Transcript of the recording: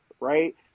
right